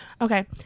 okay